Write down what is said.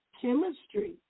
chemistry